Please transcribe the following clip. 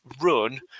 run